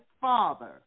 father